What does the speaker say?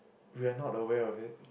we're not aware of it